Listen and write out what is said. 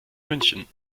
münchen